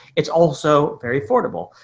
it's also very affordable.